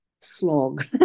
slog